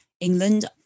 England